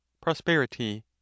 prosperity